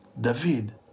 David